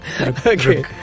Okay